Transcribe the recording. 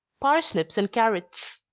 parsnips and carrots.